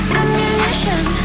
ammunition